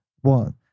one